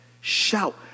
Shout